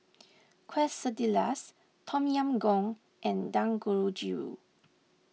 Quesadillas Tom Yam Goong and Dangojiru